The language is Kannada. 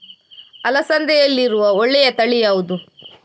ಅಲಸಂದೆಯಲ್ಲಿರುವ ಒಳ್ಳೆಯ ತಳಿ ಯಾವ್ದು?